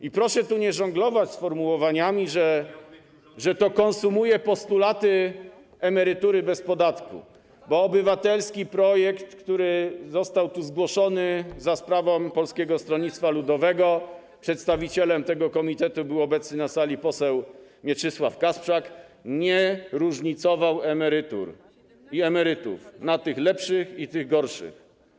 I proszę nie żonglować sformułowaniami, że to konsumuje postulaty emerytury bez podatku, bo obywatelski projekt, który został tu zgłoszony za sprawą Polskiego Stronnictwa Ludowego - przedstawicielem komitetu był obecny na sali poseł Mieczysław Kasprzak - nie różnicował emerytów na tych lepszych i tych gorszych.